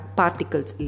particles